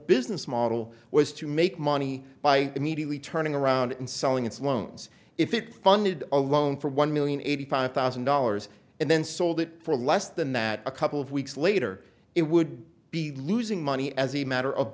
business model was to make money by immediately turning around and selling its loans if it funded a loan for one million eighty five thousand dollars and then sold it for less than that a couple of weeks later it would be losing money as a matter of